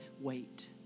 Wait